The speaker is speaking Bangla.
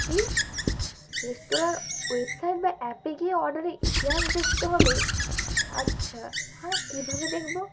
কি রেস্তোরাঁর ওয়েবসাইট বা অ্যাপে গিয়ে অর্ডারের ইতিহাস দেখতে হবে আচ্ছা হ্যাঁ কীভাবে দেখবো